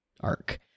arc